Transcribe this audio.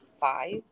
five